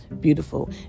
Beautiful